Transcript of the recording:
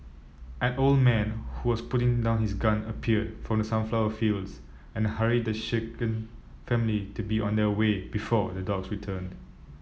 an old man who was putting down his gun appeared from the sunflower fields and hurried the shaken family to be on their way before the dogs returned